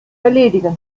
erledigen